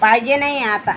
पाहिजे नाही आता